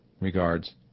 Regards